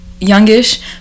youngish